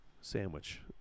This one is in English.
Sandwich